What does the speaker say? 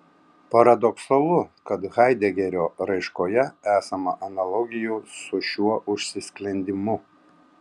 paradoksalu kad haidegerio raiškoje esama analogijų su šiuo užsisklendimu